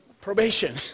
probation